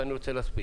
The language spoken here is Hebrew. ואני רוצה להספיק.